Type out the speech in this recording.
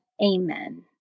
Amen